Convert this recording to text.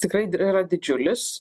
tikrai yra didžiulis